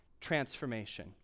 transformation